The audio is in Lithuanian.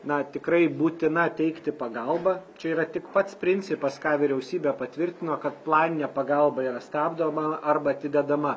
na tikrai būtina teikti pagalbą čia yra tik pats principas ką vyriausybė patvirtino kad planinė pagalba yra stabdoma arba atidedama